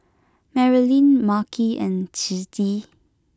Marilynn Makhi and Ciji